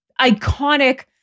iconic